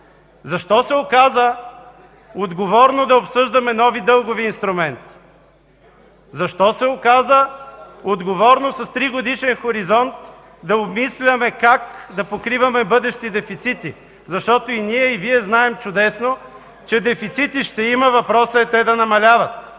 защо се оказа отговорно да обсъждаме нови дългови инструменти? Защо се оказа отговорно с тригодишен хоризонт да обмисляме как да покриваме бъдещи дефицити? Защото и ние, и Вие знаем чудесно, че дефицити ще има, въпросът е те да намаляват.